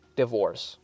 divorce